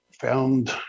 found